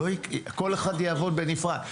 כל אחד יעבוד בנפרד.